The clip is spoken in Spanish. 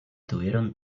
tuvieron